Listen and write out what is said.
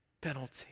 penalty